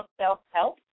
Self-Help